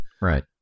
Right